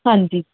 ਹਾਂਜੀ